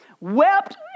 wept